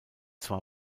zwar